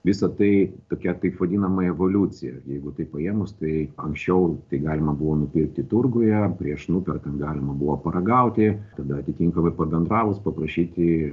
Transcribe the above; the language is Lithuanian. visa tai tokia taip vadinama evoliucija jeigu taip paėmus tai anksčiau tai galima buvo nupirkti turguje prieš nuperkant galima buvo paragauti tada atitinkamai pabendravus paprašyti